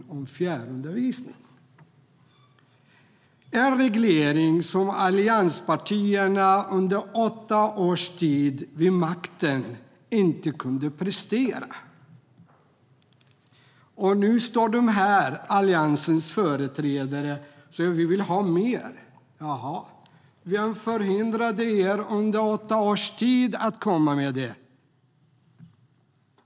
Det är en reglering som allianspartierna under åtta års tid vid makten inte kunde prestera, och nu står Alliansens företrädare här och säger "Vi vill ha mer!". Jaha, men vem hindrade er under åtta års tid att komma med det?